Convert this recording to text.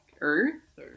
Earth